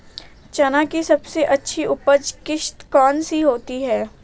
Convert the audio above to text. चना की सबसे अच्छी उपज किश्त कौन सी होती है?